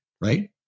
right